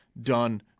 done